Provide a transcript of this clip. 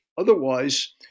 otherwise